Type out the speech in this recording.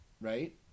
right